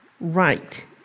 Right